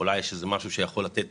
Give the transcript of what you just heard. אולי יש משהו שיכול לתת